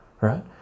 right